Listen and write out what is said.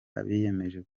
abiyemeje